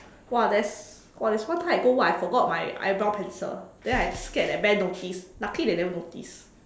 !wah! there's !wah! there's one time I go work I forgot my eyebrow pencil then I scared that Ben notice lucky they never notice